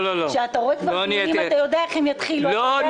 אתה יודע איך הדברים יתחילו ואיך הם ייגמרו.